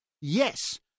Yes